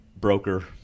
broker